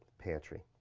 pantry.